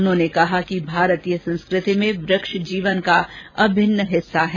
उन्होंने कहा कि भारतीय संस्कृति में वृक्ष जीवन का अभिन्न हिस्सा हैं